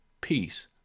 peace